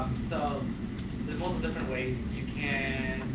um and lot of different ways you can